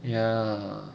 ya